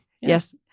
Yes